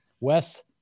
Wes